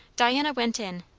diana went in,